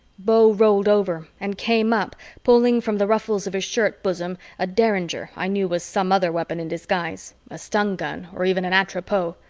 beau rolled over and came up pulling from the ruffles of his shirt bosom a derringer i knew was some other weapon in disguise a stun gun or even an atropos.